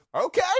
Okay